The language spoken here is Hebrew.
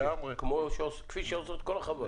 כפי שעושות כל החברות?